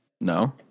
No